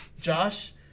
Josh